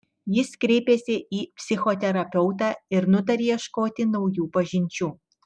jis kreipėsi į psichoterapeutą ir nutarė ieškoti naujų pažinčių